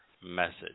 message